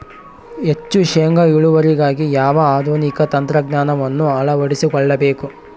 ಹೆಚ್ಚು ಶೇಂಗಾ ಇಳುವರಿಗಾಗಿ ಯಾವ ಆಧುನಿಕ ತಂತ್ರಜ್ಞಾನವನ್ನು ಅಳವಡಿಸಿಕೊಳ್ಳಬೇಕು?